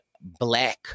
Black